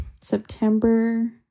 september